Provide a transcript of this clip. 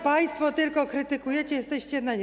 Państwo tylko krytykujecie, jesteście na nie.